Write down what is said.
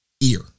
ear